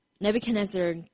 Nebuchadnezzar